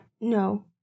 No